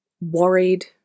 Worried